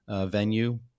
venue